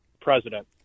president